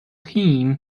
him